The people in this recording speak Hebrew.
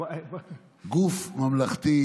גוף ממלכתי